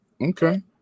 Okay